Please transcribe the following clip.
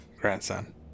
grandson